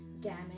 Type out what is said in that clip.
damage